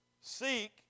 Seek